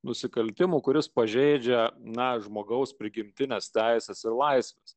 nusikaltimų kuris pažeidžia na žmogaus prigimtines teises ir laisves